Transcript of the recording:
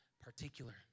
particular